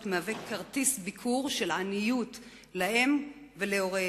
הוא כרטיס ביקור של עניות להם ולהוריהם.